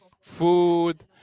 Food